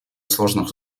сложных